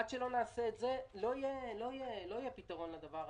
עד שלא נעשה את זה לא יהיה פתרון לדבר הזה.